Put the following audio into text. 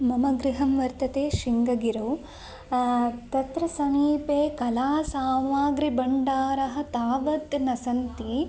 मम गृहं वर्तते शृङ्गगिरौ तत्र समीपे कला सामग्री भण्डारः तावत् न सन्ति